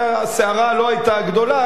והסערה לא היתה גדולה,